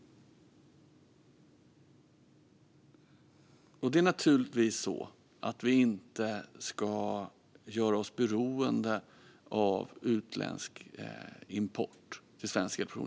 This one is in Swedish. Det är naturligtvis så att vi inte ska göra oss beroende av utländsk import till svensk elproduktion.